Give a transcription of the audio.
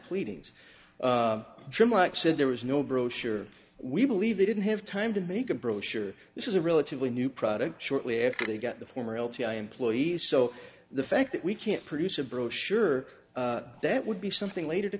dreamlike said there was no brochure we believe they didn't have time to make a brochure this is a relatively new product shortly after they got the former l t i employees so the fact that we can't produce a brochure that would be something later to